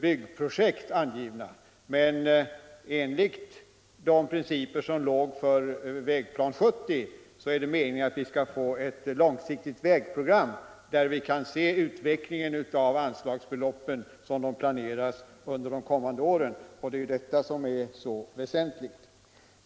byggprojekt angivna, men enligt de principer som låg till grund för Vägplan 70 är det meningen att vi skall få ett långsiktigt vägprogram där man kan se utvecklingen av anslagsbeloppen som de planeras under de kommande åren, och det är ju det som är så väsentligt.